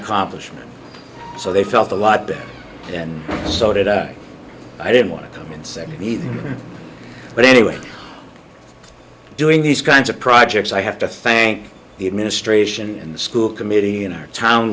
accomplishment so they felt a lot better and so did i i didn't want to come in second either but anyway doing these kinds of projects i have to thank the administration and the school committee in our town